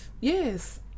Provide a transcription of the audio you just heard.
Yes